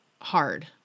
hard